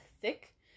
thick